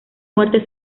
muerte